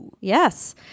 Yes